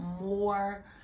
more